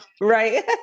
Right